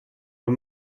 but